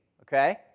Okay